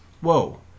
whoa